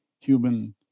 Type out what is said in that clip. human